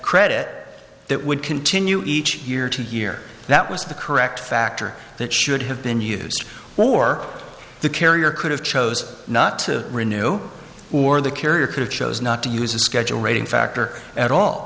credit that would continue each year to year that was the correct factor that should have been used or the carrier could have chose not to renew or the carrier could have chose not to use a schedule rating factor at all